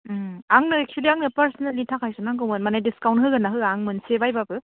आंनो एकसुवेलि आंनि पार्सनेलनि थाखायसो नांगौमोन माने दिसकाउन्ट होगोन ना होआ आं मोनसे बायबाबो